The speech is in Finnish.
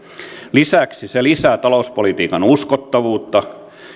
lisäksi se lisää talouspolitiikan uskottavuutta